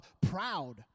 proud